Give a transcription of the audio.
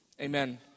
amen